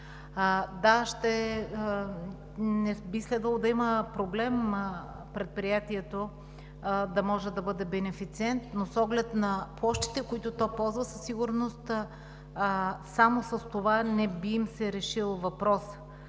година. Не би следвало да има проблем предприятието да може да бъде бенефициент, но с оглед на площите, които то ползва, със сигурност само с това не би им се решил въпросът.